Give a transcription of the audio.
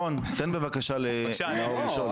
רון, תן בבקשה לנאור לשאול.